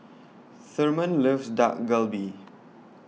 Therman loves Dak Galbi